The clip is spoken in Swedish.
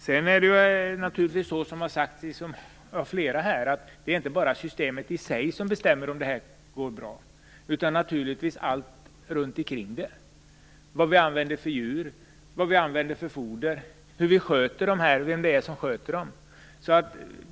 Sedan är det naturligtvis så som flera här har sagt, att det inte bara är systemet i sig som bestämmer om det här går bra. Det är naturligtvis också allt runt omkring. Det handlar om vad vi använder för djur, vad vi använder för foder, hur vi sköter djuren och vem det är som sköter dem.